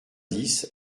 dix